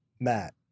Matt